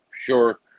Sure